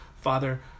Father